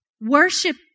worship